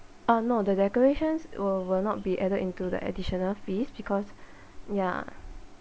oh no the decorations will will not be added into the additional fees because ya